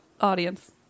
audience